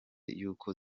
y’uko